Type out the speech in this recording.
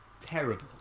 terrible